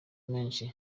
menshi